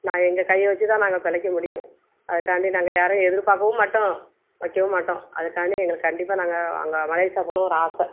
நான் எங்கள் கையை வச்சி தான் நாங்கள் பெழைக்க முடியும் அதுக்காண்டி நாங்கள் யாரையும் எதிர்பார்க்கவும் மாட்டோம் வைக்கவும் மாட்டோம் அதுக்காண்டி எங்களுக்கு கண்டிப்பாக நாங்கள் அங்கே மலேசியா போகணும் ஒரு ஆசை